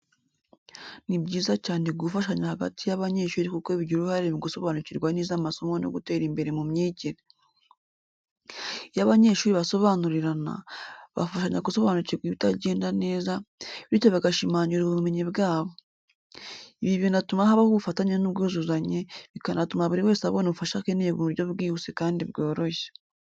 Ni byiza cyane gufashanya hagati y’abanyeshuri kuko bigira uruhare mu gusobanukirwa neza amasomo no gutera imbere mu myigire. Iyo abanyeshuri basobananira, bafashanya gusobanukirwa ibitagenda neza, bityo bagashimangira ubumenyi bwabo. Ibi binatuma habaho ubufatanye n’ubwuzuzanye, bikanatuma buri wese abona ubufasha akeneye mu buryo bwihuse kandi bworoshye.